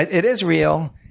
it is real.